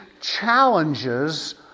challenges